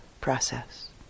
process